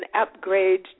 upgrade